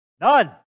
None